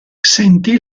sentì